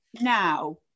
now